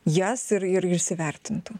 jas ir ir įsivertintų